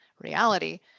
reality